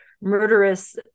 murderous